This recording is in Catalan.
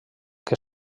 que